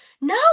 No